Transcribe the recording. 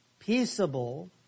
peaceable